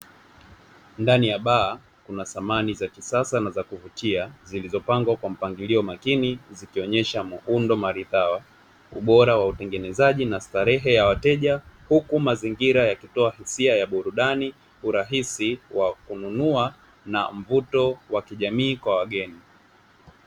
Ndani ya baa kuna samani za kisasa na za kuvutia zilizopangwa kwa mpangilio makini zikionyesha muundo maridhawa, ubora wa utengenezaji na starehe ya wateja huku mazingira yakitoa hisia ya burudani, urahisi wa kununua na mvuto wa kijamii kwa wageni.